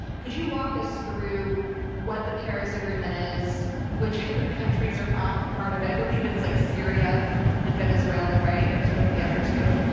could you walk us through what the paris agreement is? which other countries are not part of it? i believe it's like syria and venezuela, right, are sort of the other two,